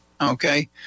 Okay